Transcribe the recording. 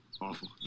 Awful